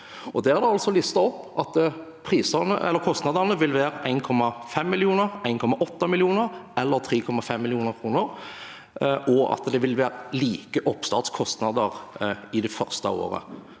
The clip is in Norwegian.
Det er listet opp at kostnadene vil være 1,5 mill. kr, 1,8 mill. kr eller 3,5 mill. kr, og at det vil være like oppstartskostnader det første året.